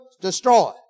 destroy